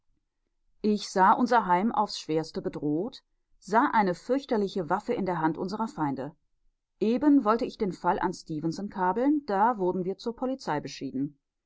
ich sah unser heim aufs schwerste bedroht sah eine fürchterliche waffe in der hand unserer feinde eben wollte ich den fall an stefenson kabeln da wurden wir zur polizei beschieden